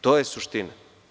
To je suština.